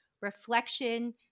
reflection